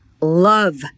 love